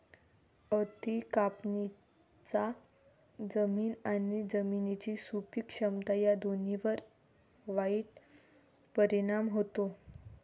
अति कापणीचा जमीन आणि जमिनीची सुपीक क्षमता या दोन्हींवर वाईट परिणाम होतो